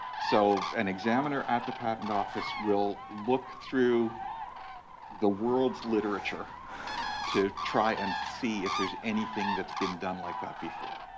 so, an examiner at the patent office will look through the world's literature to try and see if there's anything that's been done like that before.